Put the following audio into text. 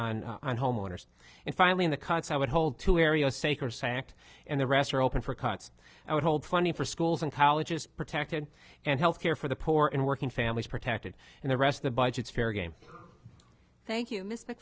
on on homeowners and finally on the cuts i would hold two areas sacre sanct and the rest are open for cuts i would hold funding for schools and colleges protected and health care for the poor and working families protected and the rest of the budget is fair game thank you miss